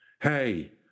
Hey